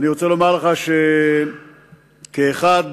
כאחד